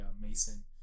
Mason